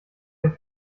dem